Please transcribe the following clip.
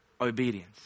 obedience